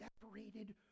separated